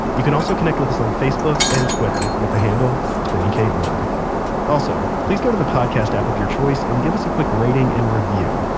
you can also connect with us on facebook and twitter with the handle twenty korg. also, please go to the podcast app of your choice and give us a quick rating a and review.